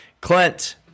Clint